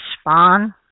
Spawn